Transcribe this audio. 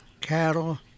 cattle